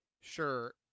sure